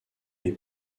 les